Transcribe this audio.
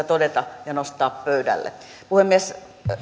todeta ja nostaa pöydälle puhemies